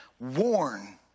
warn